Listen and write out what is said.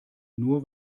nur